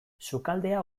sukaldea